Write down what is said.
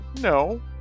no